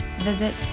visit